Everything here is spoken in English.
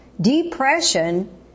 depression